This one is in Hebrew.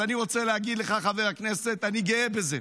אז אני רוצה להגיד לך, חבר הכנסת, אני גאה בזה.